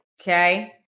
Okay